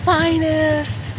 finest